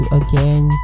again